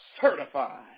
certified